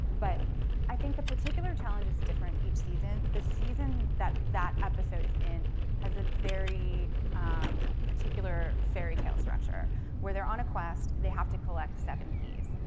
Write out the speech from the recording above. but i think the particular challenge is different each season. the season that that episode is in has a very particular fairytale structure where they're on a quest, they have to collect seven keys.